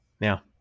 Now